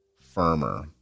Firmer